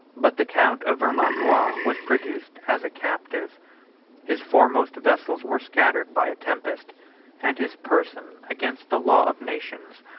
but the count of vermandois was produced as a captive his foremost vessels were scattered by a tempest and his person, against the law of nations,